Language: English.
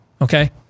Okay